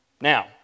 Now